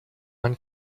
man